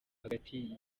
hagati